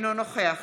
אינו נוכח